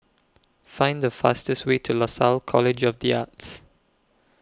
Find The fastest Way to Lasalle College of The Arts